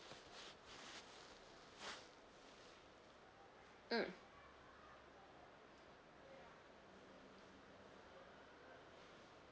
mm